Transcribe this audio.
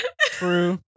True